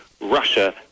Russia